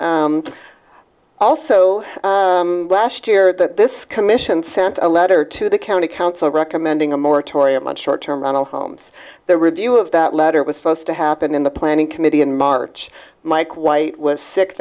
also last year that this commission sent a letter to the county council recommending a moratorium on short term on all homes the review of that letter was supposed to happen in the planning committee in march mike white was sick